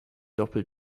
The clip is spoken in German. doppel